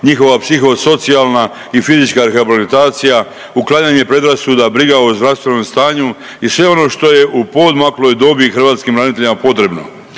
njihova psiho-socijalna i fizička rehabilitacija, uklanjanje predrasuda, briga o zdravstvenom stanju i sve ono što je u poodmakloj dobi hrvatskim braniteljima potrebno.